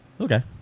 Okay